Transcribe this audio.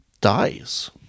dies